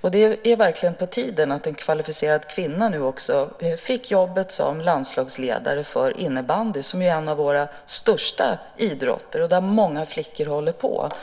Det är verkligen på tiden att en kvalificerad kvinna nu också fick jobbet som landslagsledare för innebandy, som ju är en av våra största idrotter och en idrott som många flickor håller på med.